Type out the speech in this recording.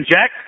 Jack